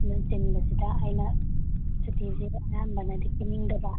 ꯑꯗꯨ ꯆꯤꯟꯕꯁꯤꯗ ꯑꯩꯅ ꯁꯨꯇꯤꯁꯤ ꯑꯌꯥꯝꯕꯅꯗꯤ ꯄꯤꯅꯤꯡꯗꯕ